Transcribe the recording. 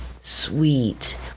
Sweet